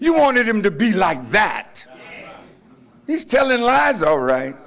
you wanted him to be like that he's telling lies all right